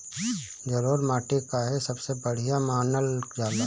जलोड़ माटी काहे सबसे बढ़िया मानल जाला?